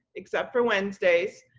except for wednesdays.